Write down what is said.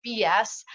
BS